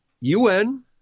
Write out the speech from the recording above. UN